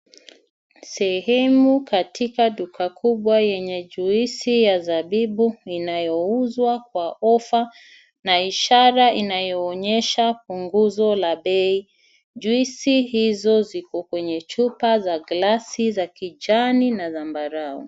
Sehemu katika duka kubwa yenye juisi ya zabibu inayouzwa kwa ofa na ishara inayoonyesha punguzo la bei .Juisi hizo ziko kwenye chupa za glassi za kijani na zambarau.